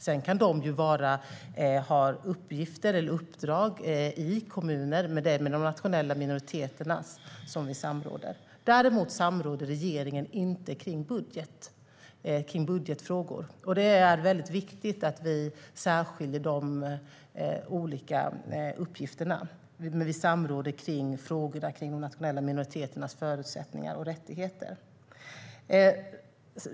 Sedan kan de ha uppgifter eller uppdrag i kommuner, men det är med de nationella minoriteterna som vi samråder. Regeringen samråder däremot inte om budgetfrågor. Det är viktigt att vi särskiljer de olika uppgifterna. Vi samråder om frågor rörande de nationella minoriteternas förutsättningar och rättigheter.